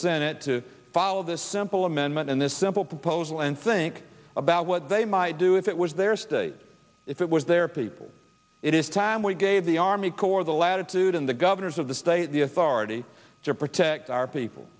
senate to follow this simple amendment and this simple proposal and think about what they might do if it was their state if it was their people it is time we gave the army corps the latitude in the governors of the state the authority to protect our people